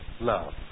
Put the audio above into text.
love